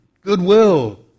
goodwill